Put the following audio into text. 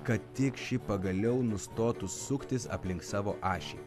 kad tik ši pagaliau nustotų suktis aplink savo ašį